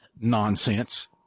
nonsense